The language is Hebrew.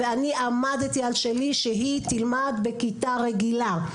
אני עמדתי על שלי, שהיא תלמד בכיתה רגילה.